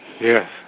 Yes